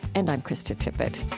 and i'm krista tippett